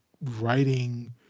writing